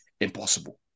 Impossible